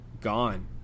gone